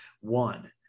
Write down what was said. one